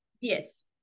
Yes